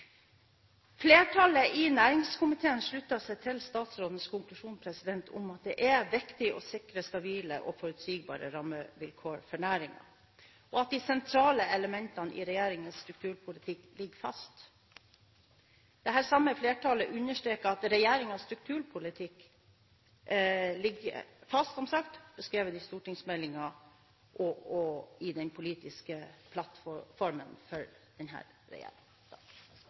Flertallet i næringskomiteen slutter seg til statsrådens konklusjon om at det er viktig å sikre stabile og forutsigbare rammevilkår for næringen, og at de sentrale elementene i regjeringens strukturpolitikk ligger fast. Det samme flertallet understreker at regjeringens strukturpolitikk ligger fast, slik den er beskrevet i stortingsmeldingen og i den politiske plattformen for